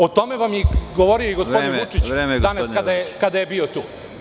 O tome vam je govorio i gospodin Vučić danas kada je bio tu.